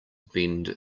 bend